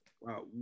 wow